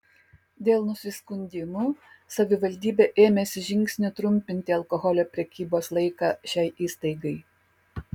dėl nusiskundimų savivaldybė ėmėsi žingsnių trumpinti alkoholio prekybos laiką šiai įstaigai